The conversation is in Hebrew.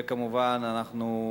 וכמובן אנחנו,